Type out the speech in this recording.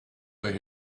where